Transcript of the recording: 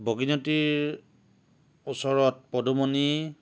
বগীনদীৰ ওচৰত পদুমণি